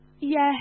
Yes